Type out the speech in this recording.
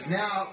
now